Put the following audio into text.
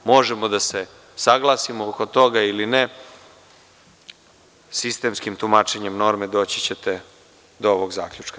Možemo da se saglasimo oko toga ili ne, ali sistemskim tumačenjem norme doći ćete do ovog zaključka.